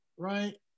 right